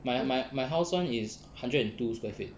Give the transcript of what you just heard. my my my house [one] is hundred and two square feet